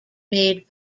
made